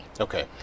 okay